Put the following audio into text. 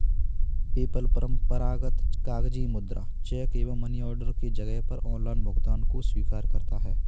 PayPal परंपरागत कागजी मुद्रा, चेक एवं मनी ऑर्डर के जगह पर ऑनलाइन भुगतान को स्वीकार करता है